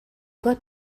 got